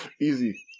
Easy